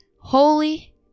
holy